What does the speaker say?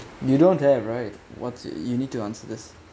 you don't have right what's you need to answer this